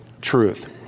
truth